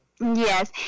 Yes